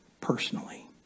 personally